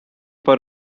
for